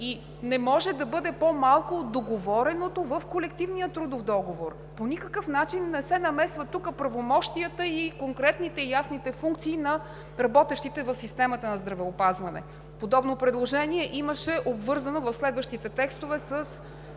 – не може да бъде по-малко от договореното в колективния трудов договор! По никакъв начин не се намесват тук правомощията и конкретните, ясните функции на работещите в системата на здравеопазването! Подобно предложение имаше в следващите текстове,